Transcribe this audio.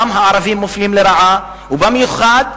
הערבים מופלים לרעה גם כן,